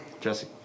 Jesse